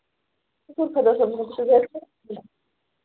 شُکُر خۄدا صٲبَس کُن